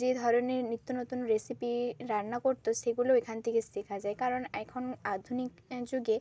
যে ধরনের নিত্য নতুন রেসিপি রান্না করত সেগুলো এখান থেকে শেখা যায় কারণ এখন আধুনিক যুগে